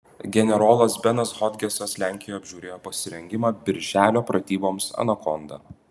generolas benas hodgesas lenkijoje apžiūrėjo pasirengimą birželio pratyboms anakonda